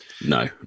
No